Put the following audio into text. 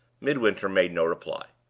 midwinter made no reply.